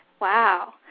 Wow